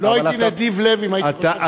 לא הייתי נדיב לב אם הייתי חושב שאתה,